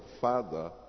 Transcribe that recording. father